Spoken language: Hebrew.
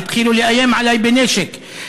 והתחילו לאיים עלי בנשק,